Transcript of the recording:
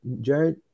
Jared